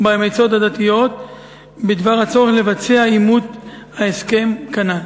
במועצות הדתיות בדבר הצורך לבצע אימות ההסכם כנ"ל.